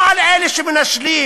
לא על אלה שמנשלים,